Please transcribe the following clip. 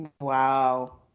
Wow